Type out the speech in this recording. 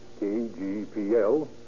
KGPL